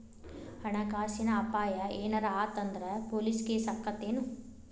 ಹಣ ಕಾಸಿನ್ ಅಪಾಯಾ ಏನರ ಆತ್ ಅಂದ್ರ ಪೊಲೇಸ್ ಕೇಸಾಕ್ಕೇತೆನು?